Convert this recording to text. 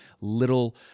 little